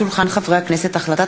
הצעת חוק יסודות התקציב (תיקון,